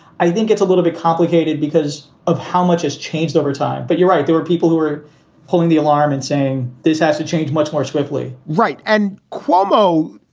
i think it's a little bit complicated because of how much has changed over time. but you're right. there were people who were pulling the alarm and saying this has to change much more swiftly right. and cuomo,